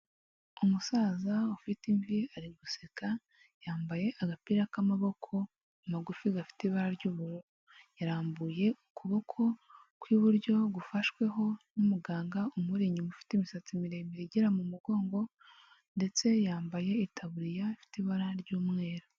Umusaza ufite imvi ari guseka yambaye agapira k'amaboko magufi gafite ibara ry'ubururu, yarambuye ukuboko kw'iburyo gufashweho n'umuganga umuri inyuma ufite imisatsi miremire igera mu mugongo ndetse yambaye itaburiya ifite ibara ry'umweru.